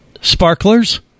Sparklers